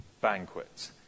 banquet